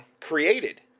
created